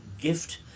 gift